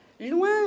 loin